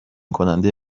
کننده